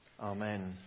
Amen